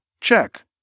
Check